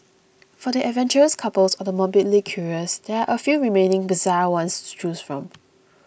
for the adventurous couples or the morbidly curious there are a few remaining bizarre ones to choose from